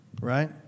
right